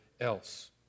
else